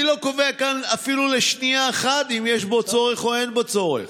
אני לא קובע כאן אפילו לשנייה אחת אם יש בו צורך או אין בו צורך,